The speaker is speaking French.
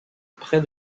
près